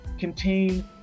contain